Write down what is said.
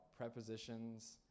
prepositions